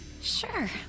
Sure